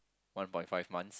one point five months